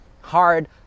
hard